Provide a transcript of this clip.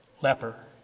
leper